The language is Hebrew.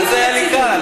אז זה היה לי קל.